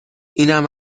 اینم